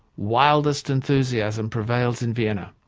wildest enthusiasm prevails in vienna.